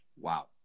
Wow